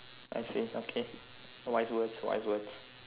I see okay wise words wise words